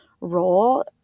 role